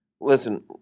Listen